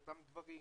באותם דברים.